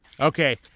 Okay